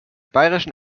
bayerischen